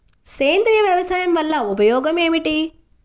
సేంద్రీయ వ్యవసాయం వల్ల ఉపయోగం ఏమిటి?